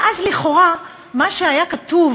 ואז, לכאורה, מה שהיה כתוב